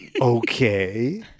okay